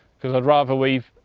because i would rather we